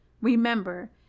Remember